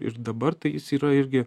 ir dabar tai jis yra irgi